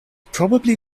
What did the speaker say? probably